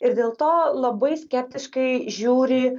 ir dėl to labai skeptiškai žiūri